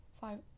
five